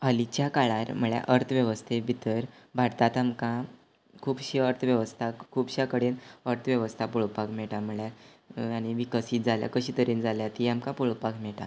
हालींच्या काळार म्हळ्ळ्यार अर्थवेवस्थे भितर भारतांत आमकां खुबश्यो अर्थवेवस्था खुबश्या कडेन अर्थवेवस्था पळोवपाक मेळटा म्हळ्ळ्यार आनी विकसीत जाल्या कशें तरेन जाल्या ती आमकां पळोवपाक मेळटा